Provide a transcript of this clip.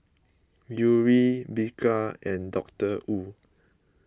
Yuri Bika and Doctor Wu